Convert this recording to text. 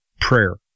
prayer